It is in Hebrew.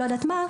למשל,